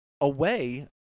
away